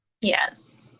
Yes